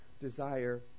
desire